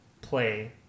play